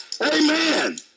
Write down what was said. Amen